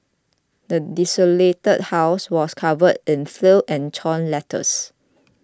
the desolated house was covered in filth and torn letters